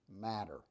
matter